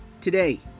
today